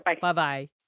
Bye-bye